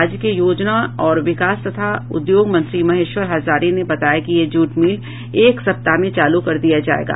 राज्य के योजना और विकास तथा उद्योग मंत्री महेश्वर हजारी ने बताया कि ये जूट मिल एक सप्ताह में चालू कर दिया जायेगा